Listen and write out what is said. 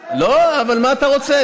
אתם החלטתם, מה אתה מקשקש?